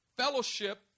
Fellowship